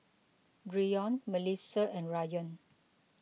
Bryon Melissia and Rayan